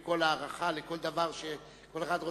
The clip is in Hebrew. עם כל ההערכה לכל דבר שכל אחד רוצה,